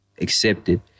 accepted